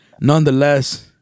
Nonetheless